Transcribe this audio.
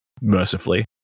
mercifully